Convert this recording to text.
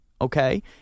Okay